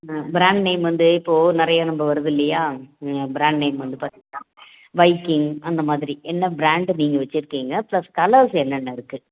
ஆ brand name வந்து இப்போது நிறைய நம்ம வருதில்லையா ம் ப்ராண்ட் நேம் வந்து பார்த்தீங்கன்னா வைக்கிங் அந்த மாதிரி என்ன ப்ராண்டு நீங்கள் வெச்சுருக்கீங்க ப்ளஸ் கலர்ஸ் என்னென்ன இருக்குது